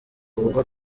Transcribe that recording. ubwo